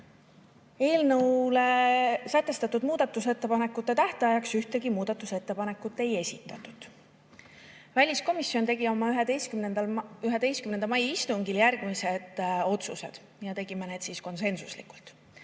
Enn Vaga. Sätestatud muudatusettepanekute tähtajaks eelnõu kohta ühtegi muudatusettepanekut ei esitatud. Väliskomisjon tegi oma 11. mai istungil järgmised otsused, ja tegime need konsensuslikult.